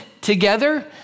together